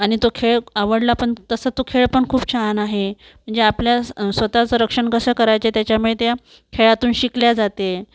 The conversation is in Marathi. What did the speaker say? आणि तो खेळ आवडला पण तसं तो खेळ पण खूप छान आहे म्हणजे आपल्या स्वतःचं रक्षण कसं करायचे त्याच्यामुळे त्या खेळातून शिकले जाते